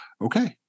okay